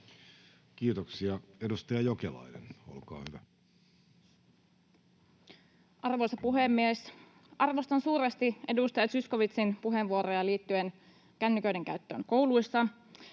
kertomus vuodelta 2023 Time: 15:55 Content: Arvoisa puhemies! Arvostan suuresti edustaja Zyskowiczin puheenvuoroja liittyen kännyköiden käyttöön kouluissa.